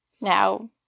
now